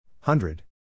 Hundred